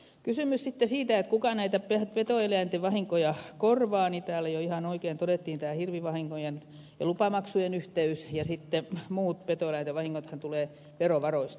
kun sitten esitettiin kysymys siitä kuka näitä petoeläinten vahinkoja korvaa niin täällä jo ihan oikein todettiin tämä hirvivahinkojen ja lupamaksujen yhteys ja sitten muut petoeläinten vahingothan tulevat verovaroista